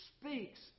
speaks